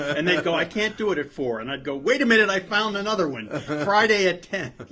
and they'd go, i can't do it at four. and i'd go, wait a minute i found another one. friday at ten.